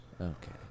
Okay